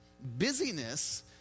Busyness